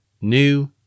New